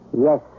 Yes